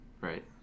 right